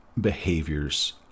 behaviors